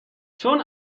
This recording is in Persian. چون